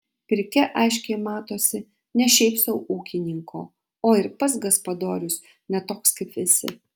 pirkia aiškiai matosi ne šiaip sau ūkininko o ir pats gaspadorius ne toks kaip visi